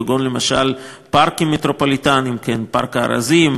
כגון פארקים מטרופוליטניים: פארק הארזים,